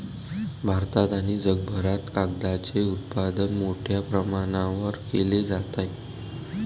भारतात आणि जगभरात कागदाचे उत्पादन मोठ्या प्रमाणावर केले जाते